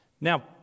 Now